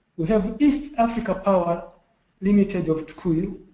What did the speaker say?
we have east africa power limited of tukuyu,